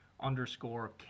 underscore